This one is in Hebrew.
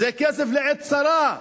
זה כסף לעת צרה,